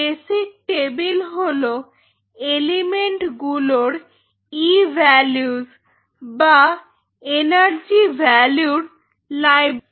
basic table হল element গুলোর ই ভ্যালু্স্ বা এনার্জি ভ্যালু্র লাইব্রেরী